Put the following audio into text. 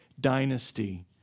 dynasty